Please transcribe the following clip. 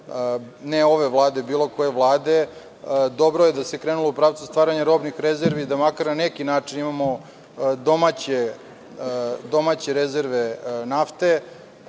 ne ove vlade, bilo koje vlade i dobro je da se krenulo u pravcu stvaranja robnih rezervi i da makar na neki način imamo domaće rezerve nafte. Ne